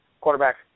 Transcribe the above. quarterback